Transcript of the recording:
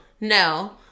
No